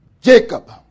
Jacob